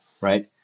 right